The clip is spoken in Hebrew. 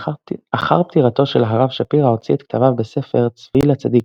אחרי פטירתו של הרב שפירא הוציא את כתביו בספר "צבי לצדיק",